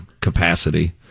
capacity